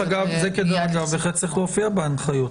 בהחלט צריך להופיע בהנחיות,